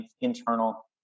internal